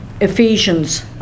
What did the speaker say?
Ephesians